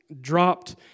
dropped